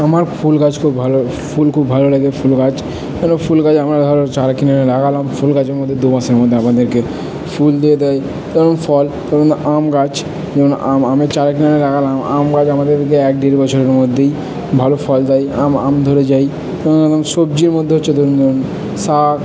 আমার ফুল গাছ খুব ভালো ফুল খুব ভালো লাগে ফুল গাছ কোনো ফুল গাছ আমার ঘরে চারা কিনে লাগালাম ফুল গাছের মধ্যে দু মাসের মধ্যে আমাদেরকে ফুল দিয়ে দেয় কারণ ফল ধরুণ আম গাছ ধরুণ আম আমের চারা কিনে এনে লাগালাম আম গাছ আমাদেরকে এক দেড় বছরের মধ্যেই ভালো ফল দেয় আম আম ধরে যায় সবজির মধ্যে হচ্ছে ধরুণ যেমন শাক